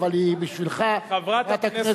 אבל בשבילך היא חברת הכנסת יחימוביץ.